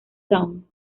town